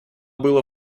было